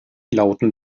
lauten